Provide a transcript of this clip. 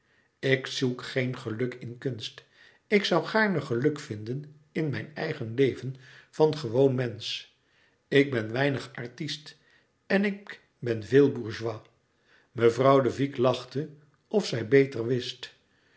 ik zoek geen geluk in kunst ik zoû gaarne geluk vinden in mijn eigen leven van gewoon mensch ik ben weinig artist en ik ben veel bourgeois mevrouw de vicq lachte of zij beter wist